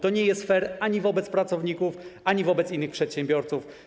To nie jest fair wobec pracowników ani wobec innych przedsiębiorców.